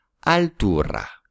altura